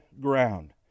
ground